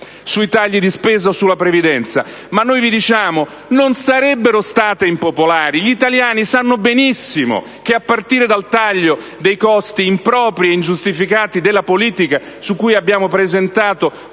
sui tagli di spesa o sulla previdenza. Noi vi diciamo che non sarebbero state impopolari, perché gli italiani sanno benissimo che, a partire dal taglio dei costi impropri ed ingiustificati della politica, su cui abbiamo presentato